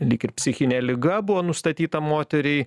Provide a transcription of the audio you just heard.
lyg ir psichinė liga buvo nustatyta moteriai